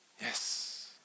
Yes